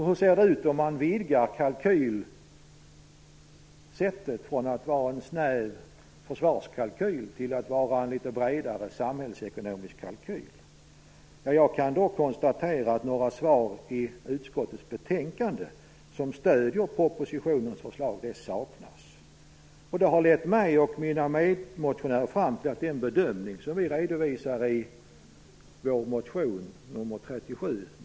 Hur ser det ut om man vidgar kalkylsättet från att vara en snäv försvarskalkyl till att vara en litet bredare samhällsekonomisk kalkyl? Jag kan konstatera att det saknas svar i utskottets betänkande som stöder propositionens förslag. Det har lett mig och mina medmotionärer fram till att vi står kvar vid den bedömning vi redovisar i vår motion, nr 37.